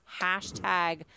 hashtag